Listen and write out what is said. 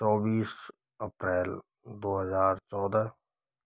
चौबीस अप्रैल दो हज़ार चौदह